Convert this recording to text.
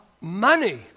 money